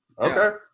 Okay